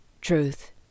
truth